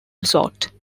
resort